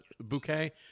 bouquet